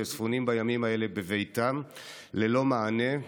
שספונים בימים האלה ללא מענה.